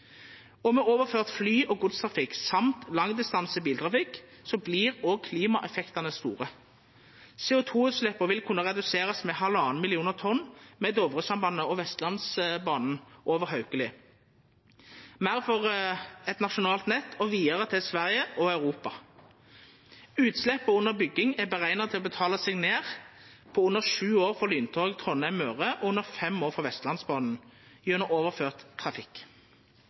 overført fly- og godstrafikk og langdistanse biltrafikk vert òg klimaeffektane store. CO 2 -utsleppa vil kunna reduserast med 1,5 millionar tonn med Dovresambandet og Vestlandsbanen over Haukeli, meir for eit nasjonalt nett og vidare til Sverige og Europa. Utsleppa under bygging er utrekna til å betala seg ned på under sju år for lyntog Trondheim–Møre og under fem år for Vestlandsbanen gjennom overført trafikk.